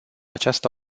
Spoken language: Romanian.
această